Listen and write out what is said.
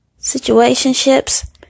situationships